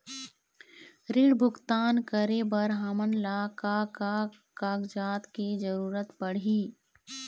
ऋण भुगतान करे बर हमन ला का का कागजात के जरूरत पड़ही?